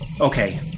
Okay